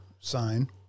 sign